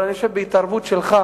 אבל אני חושב שבהתערבות שלך